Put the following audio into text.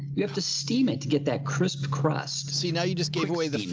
you have to steam it to get that crisp crust. see now you just gave away the,